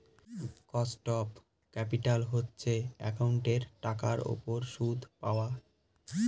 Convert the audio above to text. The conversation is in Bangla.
কস্ট অফ ক্যাপিটাল হচ্ছে একাউন্টিঙের টাকার উপর সুদ পাওয়া